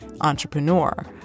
entrepreneur